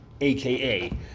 AKA